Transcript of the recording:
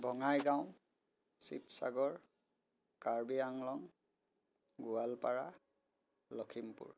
Bongaigaon Sivasagar Karbi Anglong Goalpara Lakhimpur